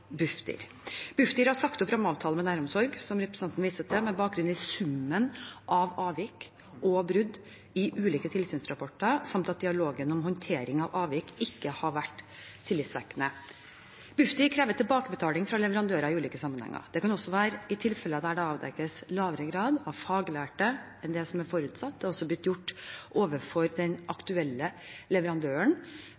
Bufdir. Bufdir har sagt opp rammeavtalen med Næromsorg, som representanten viste til, med bakgrunn i summen av avvik og brudd i ulike tilsynsrapporter, samt at dialogen om håndtering av avvik ikke har vært tillitvekkende. Bufdir krever tilbakebetaling fra leverandører i ulike sammenhenger. Det kan være i tilfeller der det avdekkes lavere grad av faglærte enn det som er forutsatt. Det har også blitt gjort overfor den